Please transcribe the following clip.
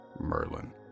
Merlin